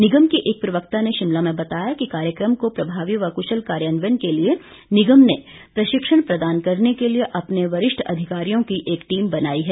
निगम के एक प्रवक्ता ने शिमला में बताया कि कार्यक्रम को प्रभावी व कुशल कार्यान्वयन के लिए निगम ने प्रशिक्षण प्रदान करने के लिए अपने वरिष्ठ अधिकारियों की टीम बनाई है